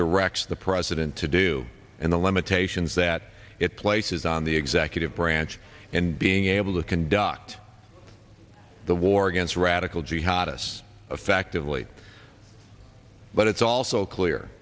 directs the president to do and the limitations that it places on the executive branch and being able to conduct the war against radical jihadists affectively but it's also clear